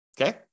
Okay